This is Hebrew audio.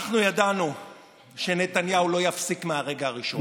אנחנו ידענו שנתניהו לא יפסיק מהרגע הראשון.